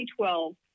2012